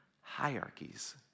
hierarchies